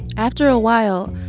after a while,